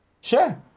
Sure